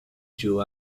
drew